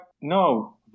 No